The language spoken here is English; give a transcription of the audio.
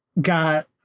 got